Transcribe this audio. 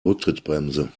rücktrittbremse